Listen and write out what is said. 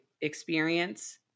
experience